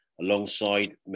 Alongside